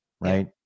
right